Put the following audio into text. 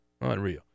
Unreal